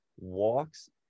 walks